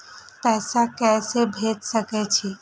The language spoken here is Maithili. पैसा के से भेज सके छी?